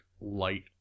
Light